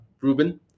ruben